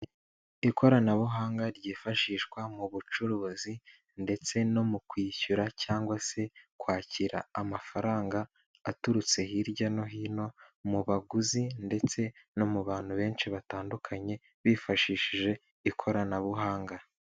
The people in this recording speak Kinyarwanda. Ikoranabuhanga ryifashishwa mu bucuruzi ndetse no mu kwishyura cyangwa se kwakira amafaranga, aturutse hirya no hino mu baguzi ndetse no mu bantu benshi batandukanye, bifashishije ikoranabuhanga.